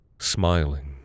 smiling